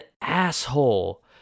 asshole